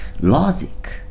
logic